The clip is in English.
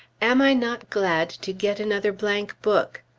am i not glad to get another blank book!